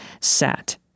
sat